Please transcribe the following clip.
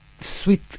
sweet